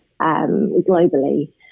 globally